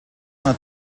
una